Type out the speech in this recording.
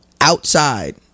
outside